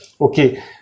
okay